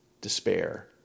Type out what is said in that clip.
despair